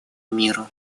миру